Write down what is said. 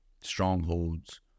strongholds